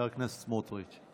חבר הכנסת סמוטריץ'.